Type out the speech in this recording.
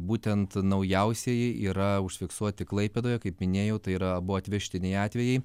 būtent naujausieji yra užfiksuoti klaipėdoje kaip minėjau tai yra abu atvežtiniai atvejai